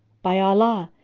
by allah,